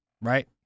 right